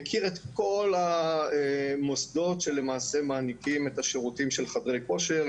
מכיר את כל המוסדות שלמעשה מעניקים את השירותים של חדרי כושר,